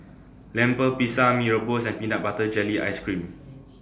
Lemper Pisang Mee Rebus and Peanut Butter Jelly Ice Cream